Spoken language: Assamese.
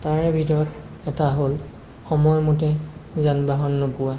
তাৰে ভিতৰত এটা হ'ল সময়মতে যান বাহন নোপোৱা